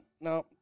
no